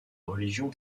religion